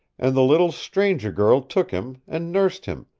and the little stranger girl took him, and nursed him,